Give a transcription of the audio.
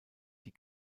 die